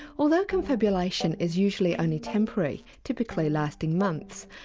although confabulation is usually only temporary, typically lasting months,